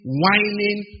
whining